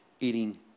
eating